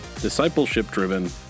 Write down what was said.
discipleship-driven